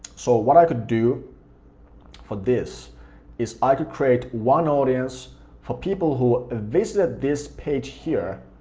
so what i could do for this is i could create one audience for people who visited this page here,